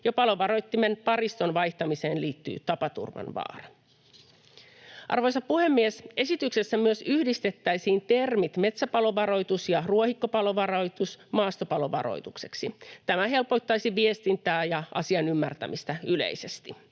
Jo palovaroittimen pariston vaihtamiseen liittyy tapaturman vaara. Arvoisa puhemies! Esityksessä myös termit ”metsäpalovaroitus” ja ”ruohikkopalovaroitus” yhdistettäisiin maastopalovaroitukseksi. Tämä helpottaisi viestintää ja asian ymmärtämistä yleisesti.